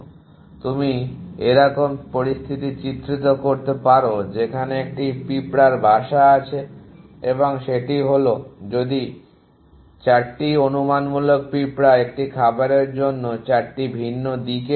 তুমি এরকম পরিস্থিতি চিত্রিত করতে পারো যেখানে একটি পিঁপড়ার বাসা আছে এবং সেটি হল যদি 4টি অনুমানমূলক পিঁপড়া একটি খাবারের জন্য 4টি ভিন্ন দিকে যায়